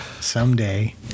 someday